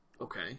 Okay